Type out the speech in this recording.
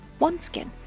OneSkin